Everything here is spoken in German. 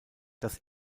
das